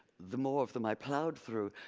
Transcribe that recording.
the more of them i plowed through,